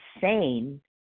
sane